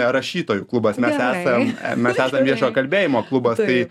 rašytojų klubas mes esam mes esam viešojo kalbėjimo klubas tai